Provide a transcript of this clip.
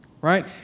right